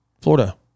florida